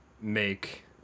make